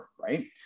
right